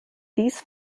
dies